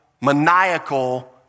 maniacal